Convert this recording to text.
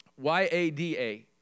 Y-A-D-A